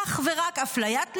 אך ורק אפליית נשים,